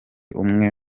umwe